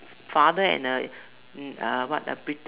father and the what a